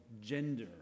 gender